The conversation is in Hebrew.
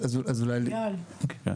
אז אולי, כן.